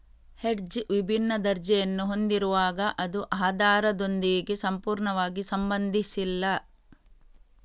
hedge ವಿಭಿನ್ನ ದರ್ಜೆಯನ್ನು ಹೊಂದಿರುವಾಗ ಅದು ಆಧಾರದೊಂದಿಗೆ ಸಂಪೂರ್ಣವಾಗಿ ಸಂಬಂಧಿಸಿಲ್ಲ